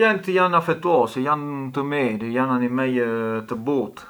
qent janë të mirë, janë të but.